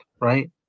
right